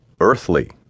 Earthly